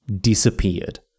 disappeared